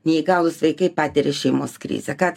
neįgalūs vaikai patiria šeimos krizę ką